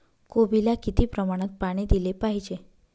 कोबीला किती प्रमाणात पाणी दिले पाहिजे?